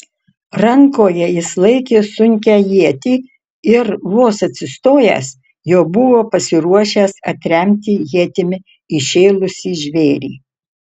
rankoje jis laikė sunkią ietį ir vos atsistojęs jau buvo pasiruošęs atremti ietimi įšėlusį žvėrį